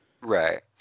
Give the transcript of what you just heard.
right